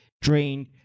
drained